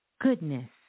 goodness